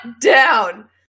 down